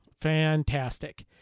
Fantastic